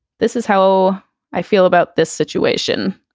this is how i feel about this situation.